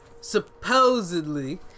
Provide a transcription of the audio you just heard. supposedly